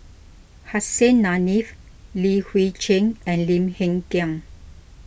Hussein Haniff Li Hui Cheng and Lim Hng Kiang